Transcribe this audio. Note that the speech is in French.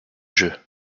jeux